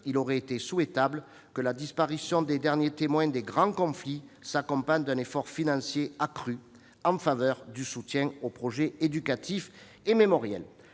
il aurait été souhaitable que la disparition des derniers témoins des grands conflits s'accompagne d'un effort financier accru en faveur du soutien aux projets éducatifs et mémoriels.